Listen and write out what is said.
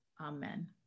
amen